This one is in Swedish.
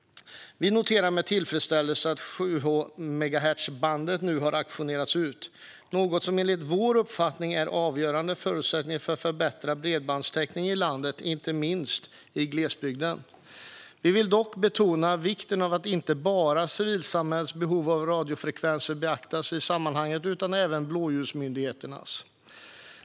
Vi noterar med tillfredsställelse att 700-megahertzbandet nu har auktionerats ut, något som enligt vår uppfattning är en avgörande förutsättning för att förbättra bredbandstäckningen i landet, inte minst i glesbygden. Vi vill dock betona vikten av att inte bara civilsamhällets behov av radiofrekvenser beaktas i sammanhanget utan även blåljusmyndigheternas.